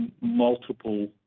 multiple